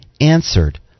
answered